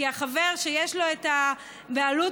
כי החבר שיש לו את הבעלות